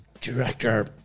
director